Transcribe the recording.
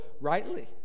rightly